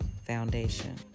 foundation